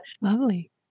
Lovely